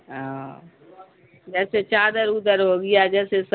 ہاں جیسے چادر اودر ہو گیا جیسے